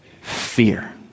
fear